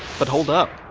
but hold up.